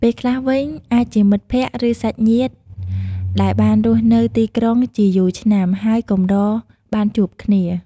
ពេលខ្លះវិញអាចជាមិត្តភក្ដិ ឬសាច់ញាតិដែលដែលបានរស់នៅទីក្រុងជាយូរឆ្នាំ ហើយកម្របានជួបគ្នា។